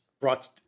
brought